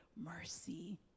mercy